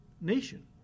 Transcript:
nation